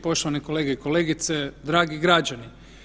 Poštovane kolege i kolegice, dragi građani.